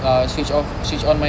ah switch off switch on